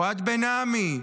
אוהד בן עמי,